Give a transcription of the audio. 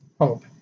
hope